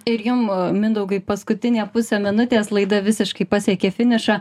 ir jum mindaugai paskutinė pusę minutės laida visiškai pasiekė finišą